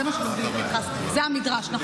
זה מה שלומדים בפינחס, נכון?